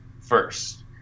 first